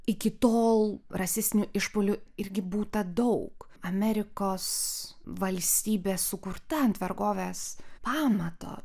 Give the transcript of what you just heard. iki tol rasistinių išpuolių irgi būta daug amerikos valstybė sukurta ant vergovės pamato